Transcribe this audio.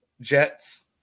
Jets